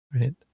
right